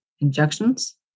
injections